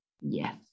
Yes